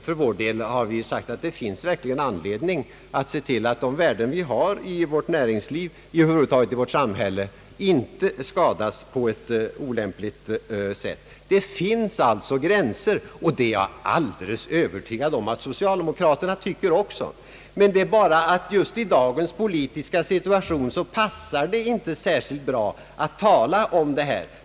För vår del har vi uttalat att det verkligen finns anledning att se till att de värden som finns i vårt näringsliv och över huvud taget i vårt samhälle inte skadas genom olämplig behandling. Det finns alltså gränser, och jag är alldeles övertygad om att också socialdemokraterna har denna uppfattning. Det är bara det att det just i dagens politiska situation inte passar särskilt väl att tala om det.